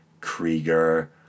Krieger